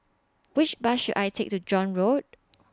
Which Bus should I Take to John Road